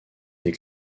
des